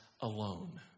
alone